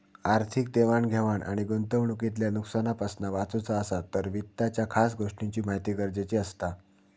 आर्थिक देवाण घेवाण आणि गुंतवणूकीतल्या नुकसानापासना वाचुचा असात तर वित्ताच्या खास गोष्टींची महिती गरजेची असता